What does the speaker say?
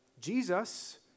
Jesus